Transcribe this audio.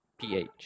ph